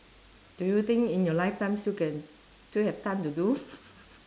do you think in your lifetime still can still have time to do